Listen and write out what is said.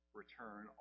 return